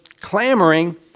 clamoring